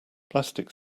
plastic